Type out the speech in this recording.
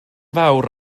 fawr